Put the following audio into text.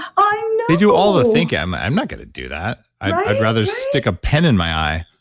i know. they do all the thinking. i'm i'm not going to do that. i'd rather stick a pen in my eye.